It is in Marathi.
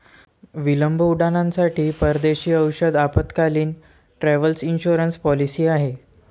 विलंब उड्डाणांसाठी परदेशी औषध आपत्कालीन, ट्रॅव्हल इन्शुरन्स पॉलिसी आहे